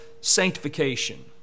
sanctification